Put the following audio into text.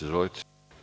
Izvolite.